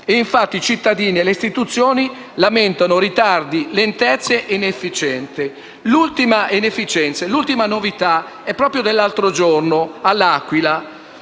Infatti, i cittadini e le istituzioni lamentano ritardi, lentezze ed inefficienze. L'ultima novità è proprio dell'altro giorno all'Aquila,